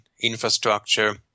infrastructure